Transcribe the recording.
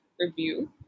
review